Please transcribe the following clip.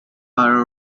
are